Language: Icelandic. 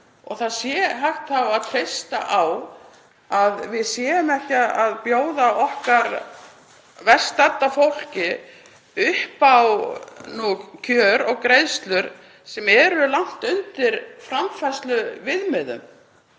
og það sé hægt að treysta á að við séum ekki að bjóða okkar verst stadda fólki upp á kjör og greiðslur sem eru langt undir framfærsluviðmiðum.